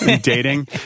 Dating